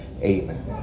amen